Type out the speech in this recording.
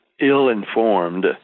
ill-informed